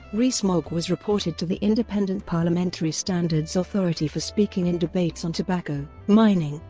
rees-mogg was reported to the independent parliamentary standards authority for speaking in debates on tobacco, mining,